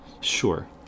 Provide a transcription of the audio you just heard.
sure